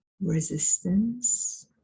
resistance